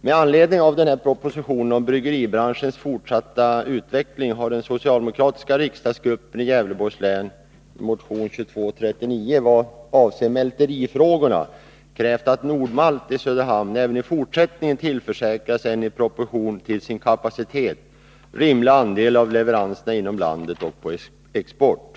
Herr talman! Med anledning av propositionen om bryggeribranschens fortsatta utveckling har den socialdemokratiska riksdagsgruppen i Gävleborgs län i motion 2239 i vad avser mälterifrågorna krävt att Nord-Malt i Söderhamn även i fortsättningen skall tillförsäkras en i proportion till sin kapacitet rimlig andel av leveranserna inom landet och på export.